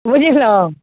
बुझलहुँ